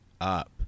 up